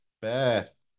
Beth